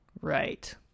Right